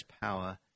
power